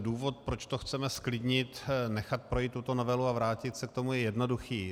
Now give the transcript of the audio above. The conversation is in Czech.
Důvod, proč to chceme zklidnit, nechat projít tuto novelu a vrátit se k tomu, je jednoduchý.